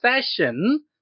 session